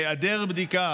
היעדר בדיקה,